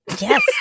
Yes